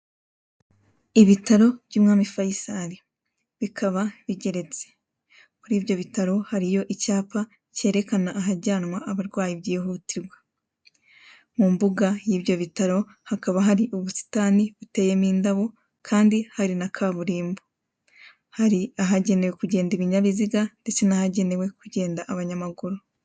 Ibitaro by'umwami faisal. bikaba bigeretse muribyo bitaro hariyo icyapa kerekana ahajyanwa abarwaye byihutirwa, mu mbuga y'ibyo bitaro hakaba hari ubusitani buteyemo indabo kandi hari n'akaburimbo hari ahagenewe kugenda binyabiziga ndetse n'ahagenewe kugenda abanyamaguru.